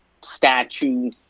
statue